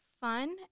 fun